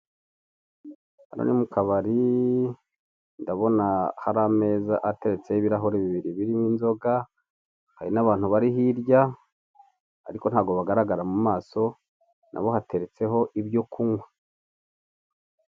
Hano ni mu kabari ndabona hari ameza ateretseho ibirahuri bibiri birimo inzoga, hari n'abantu bari hirya ariko ntabwo bagaragara mu maso, nabo hateretseho ibyo kunywa.